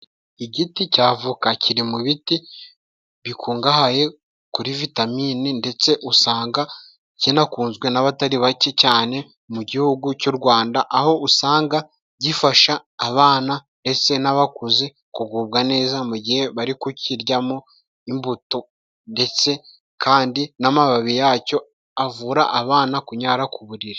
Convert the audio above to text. Igiti cya avoka kiri mu biti bikungahaye kuri Vitamine ndetse usanga kinakunzwe n'abatari bake cyane mu gihugu cy'u Rwanda, aho usanga gifasha abana ndetse n'abakuze kugubwa neza mu gihe bari ku kiryamo imbuto ndetse kandi n'amababi yacyo avura abana kunyara ku buriri.